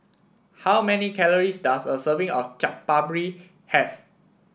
how many calories does a serving of Chaat Papri have